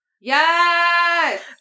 Yes